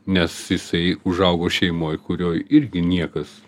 nes jisai užaugo šeimoj kurioj irgi niekas